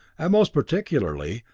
and most particularly,